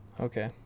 Okay